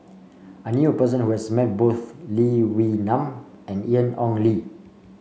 I knew a person who has met both Lee Wee Nam and Ian Ong Li